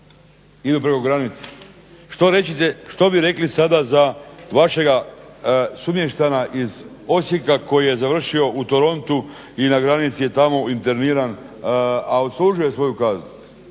idu preko granice? Što bi rekli sada za vašega sumještana iz Osijeka koji je završio u Torontu i na granici je tamo interniran, a odslužio je svoju kaznu?